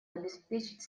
обеспечить